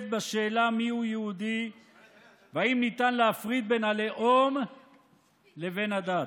בשאלה מיהו יהודי ואם ניתן להפריד בין הלאום לבין הדת.